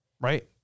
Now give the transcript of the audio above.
Right